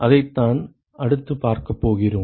அதைத்தான் அடுத்து பார்க்கப் போகிறோம்